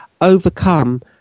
overcome